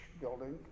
building